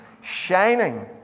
shining